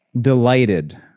delighted